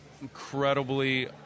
incredibly